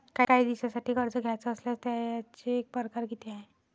कायी दिसांसाठी कर्ज घ्याचं असल्यास त्यायचे परकार किती हाय?